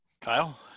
Kyle